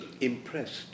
impressed